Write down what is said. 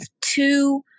two